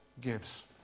gives